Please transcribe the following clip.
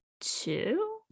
two